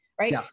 right